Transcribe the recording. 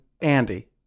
Andy